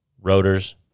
rotors